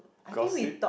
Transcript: gossip